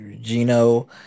Gino